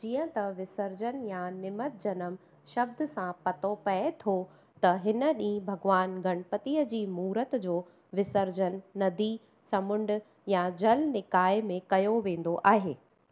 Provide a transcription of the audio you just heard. जीअं त विसर्जन या निमज्जनम शब्दु सां पतो पए थो त हिन डीं॒हुं भग॒वानु गणपति जी मूरत जो विसर्जनु नदी समुंड या जल निकाय में कयो वींदो आहे